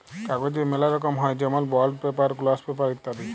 কাগজের ম্যালা রকম হ্যয় যেমল বন্ড পেপার, গ্লস পেপার ইত্যাদি